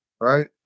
Right